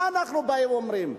מה אנחנו באים ואומרים?